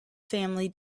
family